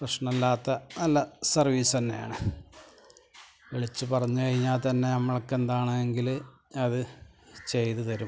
പ്രശ്നമില്ലാത്ത നല്ല സർവീസ് തന്നെയാണ് വിളിച്ചു പറഞ്ഞു കഴിഞ്ഞാൽ തന്നെ നമ്മൾക്കെന്താണ് എങ്കിൽ അതു ചെയ്തു തരും